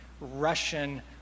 Russian